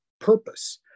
purpose